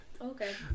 Okay